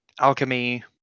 alchemy